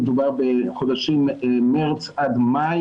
מדובר בחודשים מארס-מאי,